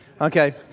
Okay